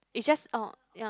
is just orh ya